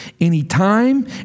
anytime